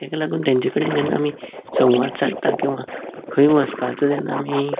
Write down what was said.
तेका लागून तेंचे कडेन जेन्ना आमी संवाद सादतात किंवां खंय वचपाचो जेन्ना आमी